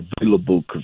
available